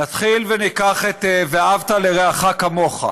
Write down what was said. נתחיל וניקח את "ואהבת לרעך כמוך".